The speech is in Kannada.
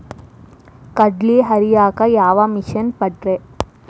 ಕಡ್ಲಿ ಹರಿಯಾಕ ಯಾವ ಮಿಷನ್ ಪಾಡ್ರೇ?